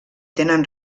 tenen